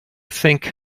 think